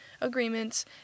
agreements